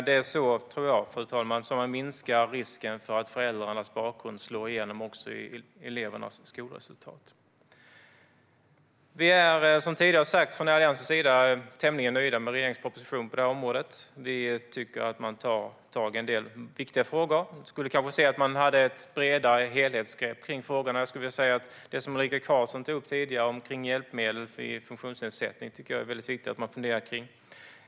Jag tror att det är så, fru talman, som man minskar risken för att föräldrarnas bakgrund slår igenom också i elevernas skolresultat. Vi är, som tidigare har sagts, från Alliansens sida tämligen nöjda med regeringens proposition på området. Vi tycker att man tar tag i en del viktiga frågor. Vi skulle kanske se att man hade ett bredare helhetsgrepp kring frågorna. Det som Ulrika Carlsson tog upp tidigare om hjälpmedel vid funktionsnedsättning tycker jag är väldigt viktigt att man funderar kring.